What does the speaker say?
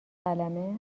قلمه